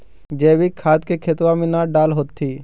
जैवीक खाद के खेतबा मे न डाल होथिं?